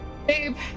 Babe